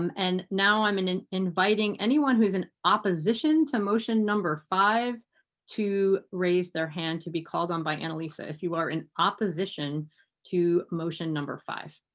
um and now i'm and inviting anyone who is in opposition to motion number five to raise their hand to be called on by annaliese a if you're in opposition to motion number five.